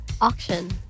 Auction